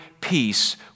peace